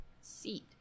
seat